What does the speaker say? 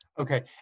Okay